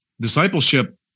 Discipleship